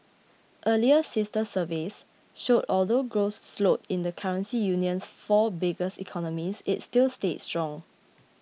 earlier sister surveys showed although growth slowed in the currency union's four biggest economies it still stayed strong